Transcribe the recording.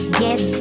get